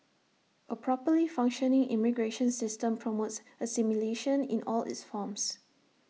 A properly functioning immigration system promotes assimilation in all its forms